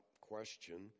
question